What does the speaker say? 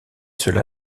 cela